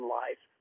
life